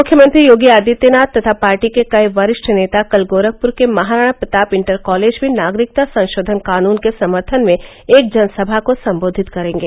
मुख्यमंत्री योगी आदित्यनाथ तथा पार्टी के कई वरिष्ठ नेता कल गोरखपुर के महाराणा प्रताप इंटर कालेज में नागरिकता संशोधन कानून के समर्थन में एक जनसभा को संबोधित करेंगे